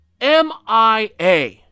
MIA